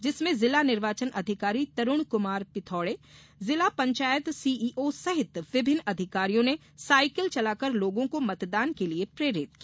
जिसमें जिला निर्वाचन अधिकारी तरूण कुमार पिथोड़े जिला पंचायत सीईओ सहित विभिन्न अधिकारियों ने साइकिल चलाकर लोगों को मतदान के लिये प्रेरित किया